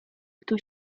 kto